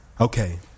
okay